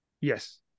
Yes